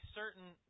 certain